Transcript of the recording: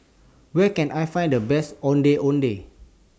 Where Can I Find The Best Ondeh Ondeh